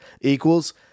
equals